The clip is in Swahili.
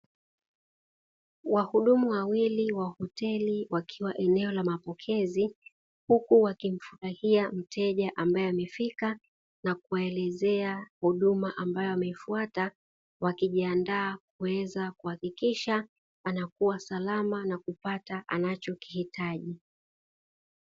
Wahudumu wawili wa hoteli wakiwa eneo la mapokezi, huku wakimfurahia mteja ambaye amefika na kuwaelezea huduma ambayo wameifuata, wakijiandaa kuweza kuhakikisha anakuwa salama na kupata anacho kihitaji.